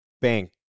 bang